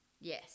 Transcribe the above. Yes